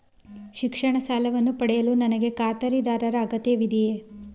ಶಿಕ್ಷಣ ಸಾಲವನ್ನು ಪಡೆಯಲು ನನಗೆ ಖಾತರಿದಾರರ ಅಗತ್ಯವಿದೆಯೇ?